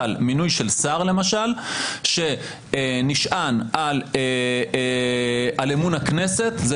מינוי של שר למשל שנשען על אמון הכנסת זה